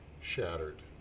shattered